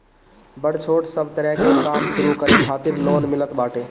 बड़ छोट सब तरह के काम शुरू करे खातिर लोन मिलत बाटे